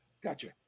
Gotcha